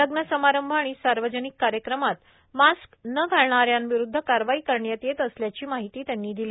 लग्न समारंभ आणि सार्वजनिक कार्यक्रमात मास्क न घालणा यांविरुद्ध कारवाई करण्यात येत असल्याची माहिती दिली